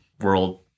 world